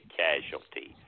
casualty